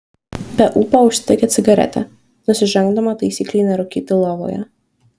be ūpo užsidegė cigaretę nusižengdama taisyklei nerūkyti lovoje